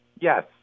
Yes